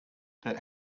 that